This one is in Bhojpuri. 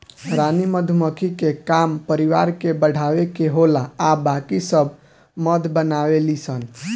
रानी मधुमक्खी के काम परिवार के बढ़ावे के होला आ बाकी सब मध बनावे ली सन